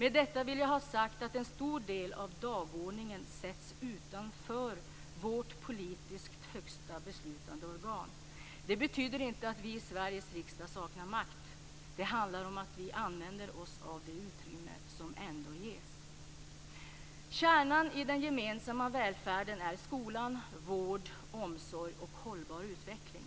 Med detta vill jag ha sagt att en stor del av dagordningen sätts utanför vårt högsta beslutande politiska organ. Det betyder inte att vi i Sveriges riksdag saknar makt. Det handlar om att vi använder oss av det utrymme som ändå ges. Kärnan i den gemensamma välfärden är skola, vård, omsorg och hållbar utveckling.